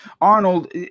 Arnold